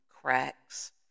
cracks